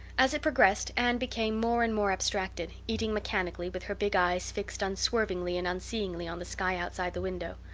as it progressed anne became more and more abstracted, eating mechanically, with her big eyes fixed unswervingly and unseeingly on the sky outside the window.